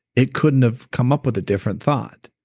it couldn't have come up with a different thought.